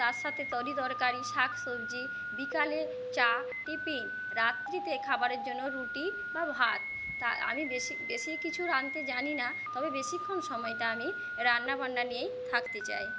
তার সাথে তরি তরকারি শাক সবজি বিকালের চা টিফিন রাত্রিতে খাবারের জন্য রুটি বা ভাত আমি বেশি বেশি কিছু রাঁধতে জানি না তবে বেশিক্ষণ সময়টা আমি রান্না বান্না নিয়েই থাকতে চাই